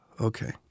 Okay